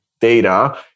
data